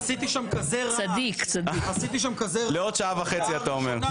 עשיתי שם כזה רעש --- לעוד שעה וחצי, אתה אומר.